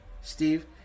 Steve